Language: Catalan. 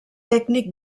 tècnic